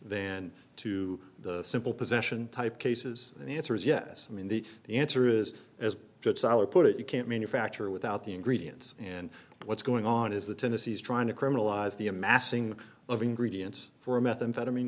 then to the simple possession type cases the answer is yes i mean the the answer is as good solid put it you can't manufacture without the ingredients and what's going on is the tennessee is trying to criminalize the amassing of ingredients for a methamphetamine